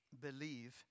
believe